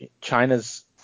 China's